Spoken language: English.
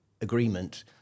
agreement